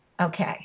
Okay